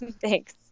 Thanks